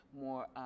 more